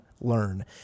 learn